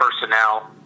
personnel